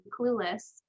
Clueless